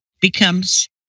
becomes